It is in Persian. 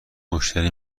مشتری